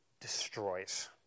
destroys